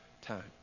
time